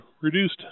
reduced